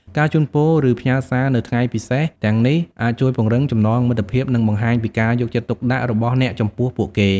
ការជូនពរ ឬផ្ញើសារនៅថ្ងៃពិសេសទាំងនេះអាចជួយពង្រឹងចំណងមិត្តភាព និងបង្ហាញពីការយកចិត្តទុកដាក់របស់អ្នកចំពោះពួកគេ។